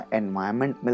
environment